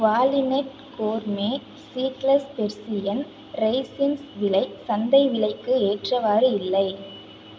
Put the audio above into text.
குவாலினட் gourmet seedless Persian raisins விலை சந்தை விலைக்கு ஏற்றவாறு இல்லை